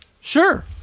Sure